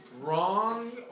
wrong